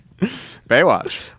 Baywatch